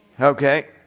Okay